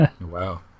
wow